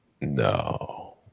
No